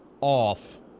off